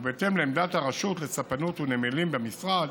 ובהתאם לעמדת הרשות לספנות ונמלים במשרד,